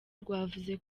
rwavuze